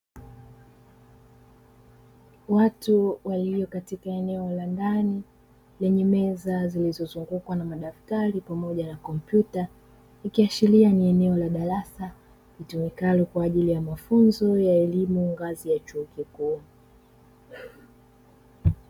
Watu walio katika eneo la ndani, lenye meza zilizozungukwa na madaftari pamoja na kompyuta. Ikiashiria ni eneo la darasa litumikalo kwa ajili ya mafunzo ya elimu ya ngazi ya chuo kikuu.